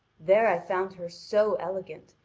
there i found her so elegant,